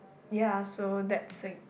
ya so that's a